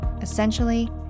Essentially